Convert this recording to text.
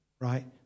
right